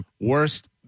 Worst